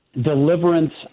deliverance